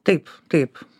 taip taip